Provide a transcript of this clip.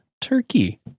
Turkey